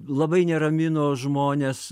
labai neramino žmones